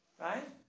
right